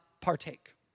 partake